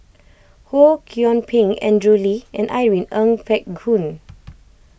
Ho Kwon Ping Andrew Lee and Irene Ng Phek Hoong